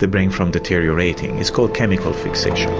the brain from deteriorating. it's called chemical fixation.